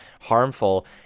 harmful